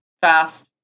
fast